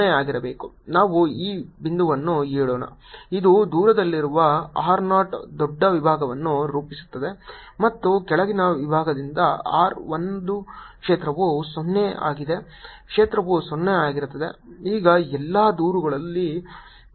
ನಾವು ಈ ಬಿಂದುವನ್ನು ಹೇಳೋಣ ಇದು ದೂರದಲ್ಲಿರುವ r 2 ದೊಡ್ಡ ವಿಭಾಗವನ್ನು ರೂಪಿಸುತ್ತದೆ ಮತ್ತು ಕೆಳಗಿನ ವಿಭಾಗದಿಂದ r 1 ಕ್ಷೇತ್ರವು 0 ಆಗಿದೆ ಕ್ಷೇತ್ರವು 0 ಆಗಿರುತ್ತದೆ ಈಗ ಎಲ್ಲಾ ದೂರಗಳು ಒಂದೇ ಆಗಿವೆ